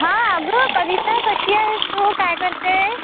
हा अगं कविता कशी आहेस तू काय करते